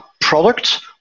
product